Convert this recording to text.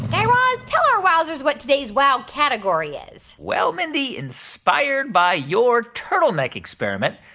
guy raz, tell our wowzers what today's wow category is well, mindy, inspired by your turtleneck experiment,